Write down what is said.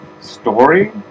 story